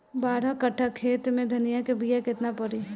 बारह कट्ठाखेत में धनिया के बीया केतना परी?